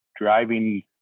driving